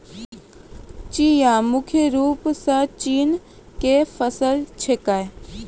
चिया मुख्य रूप सॅ चीन के फसल छेकै